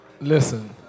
Listen